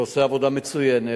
שעושה עבודה מצוינת.